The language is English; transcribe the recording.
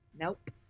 Nope